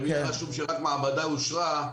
אם יהיה רשום שרק מעבדה שאושרה,